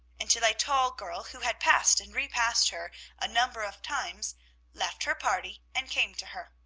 until a tall girl who had passed and repassed her a number of times left her party and came to her.